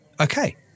Okay